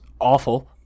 awful